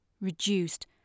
reduced